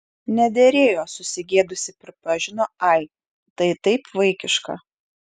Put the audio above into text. nederėjo susigėdusi pripažino ai tai taip vaikiška